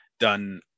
done